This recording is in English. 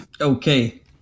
Okay